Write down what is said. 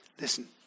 Listen